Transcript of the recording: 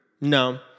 No